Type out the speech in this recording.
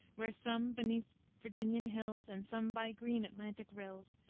where, some beneath virginian hills, and some by green atlantic rills,